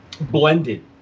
blended